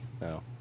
No